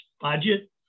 budget